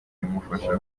bimufasha